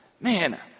man